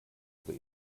über